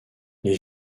les